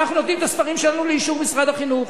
אנחנו נותנים את הספרים שלנו לאישור משרד החינוך.